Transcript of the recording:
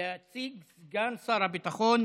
יציג סגן שר הביטחון